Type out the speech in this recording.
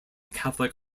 catholic